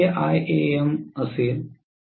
हे आयएएम असेल